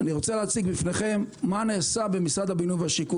אני רוצה להציג בפניכם מה נעשה במשרד השיכון והבינוי.